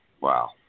Wow